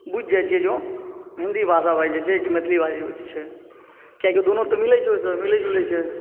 बुझि जाइ छियै जे हिन्दी भाषा बजै छै कि मैथिली भाषा बजै छै किएकि दुनू तऽ मिलै छै ओहिसँ मिलै जुलै छै